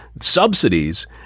subsidies